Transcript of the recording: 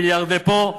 מיליארד לפה,